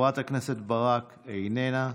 חברת הכנסת ברק, איננה,